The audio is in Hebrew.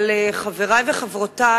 אבל, חברי וחברותי,